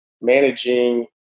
managing